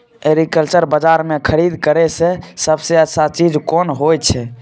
Agriculture बाजार में खरीद करे से सबसे अच्छा चीज कोन होय छै?